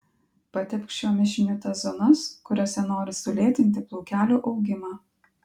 patepk šiuo mišiniu tas zonas kuriose nori sulėtinti plaukelių augimą